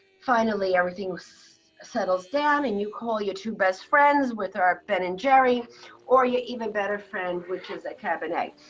finally, everything settles down, and you call your two best friends with their ben and jerry or your even better friend, which is a cabernet.